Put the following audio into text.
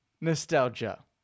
nostalgia